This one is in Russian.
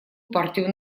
партию